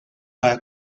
para